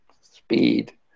speed